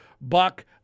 buck